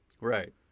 Right